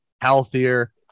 healthier